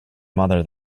mother